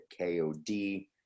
KOD